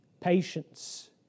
Patience